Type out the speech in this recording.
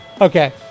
okay